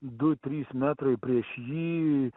du trys metrai prieš jį